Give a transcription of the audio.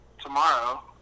tomorrow